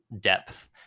depth